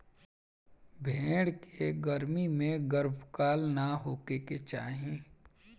भेड़ के गर्मी में गर्भकाल ना होखे के चाही